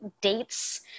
dates